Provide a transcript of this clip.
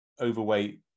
overweight